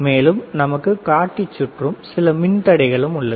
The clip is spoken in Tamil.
மேலும் நமக்கு காட்டி சுற்றும் சில மின் தடைகளும் உள்ளது